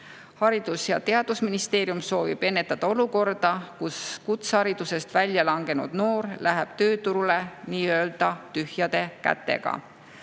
Haridus- ja Teadusministeerium soovib ennetada olukorda, kus kutseharidusest välja langenud noor läheb tööturule nii-öelda tühjade kätega.